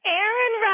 Aaron